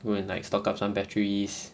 go and like stock up some batteries